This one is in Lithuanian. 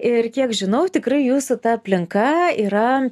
ir kiek žinau tikrai jūsų ta aplinka yra